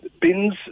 Bins